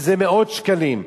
וזה מאות שקלים.